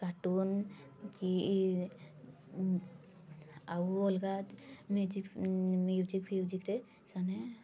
cartoon କି ଆଉ ଅଲଗା ମିୟୁଜିକ ଫିୟୁଜିକରେ ସେମାନେ